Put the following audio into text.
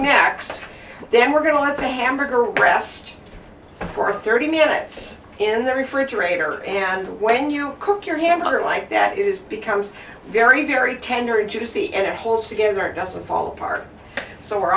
next then we're going to pay hamburger rest for thirty minutes in the refrigerator and when you cook your hamburger like that is becomes very very tender and juicy and holds together doesn't fall apart so we're